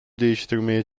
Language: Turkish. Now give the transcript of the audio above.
değiştirmeye